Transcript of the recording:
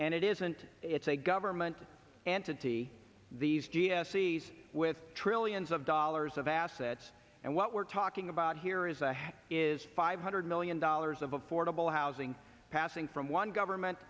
and it isn't it's a government entity these g s e's with trillions of dollars of assets and what we're talking about here is ahead is five hundred million dollars of affordable housing passing from one government